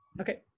Okay